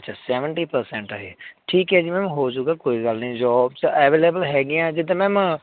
ਅੱਛਾ seventy percent ਆਏ ਠੀਕ ਹੈ ਜੀ ਮੈਮ ਹੋ ਜੂਗਾ ਕੋਈ ਗੱਲ ਨਹੀਂ ਜੋਬਸ ਅਵੇਲੇਬਲ ਹੈਗੇ ਆ ਜਿੱਦਾਂ ਮੈਮ